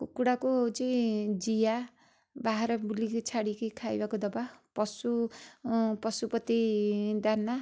କୁକୁଡ଼ାକୁ ହେଉଛି ଜିଆ ବାହାରେ ବୁଲିକି ଛାଡ଼ିକି ଖାଇବାକୁ ଦେବା ପଶୁ ପଶୁପତି ଦାନା